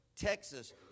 Texas